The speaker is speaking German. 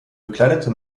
bekleidete